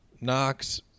Knox